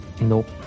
Nope